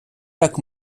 так